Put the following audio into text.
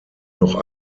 noch